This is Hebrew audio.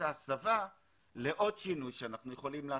ההסבה לעוד שינוי שאנחנו יכולים לעשות.